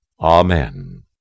Amen